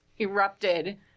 erupted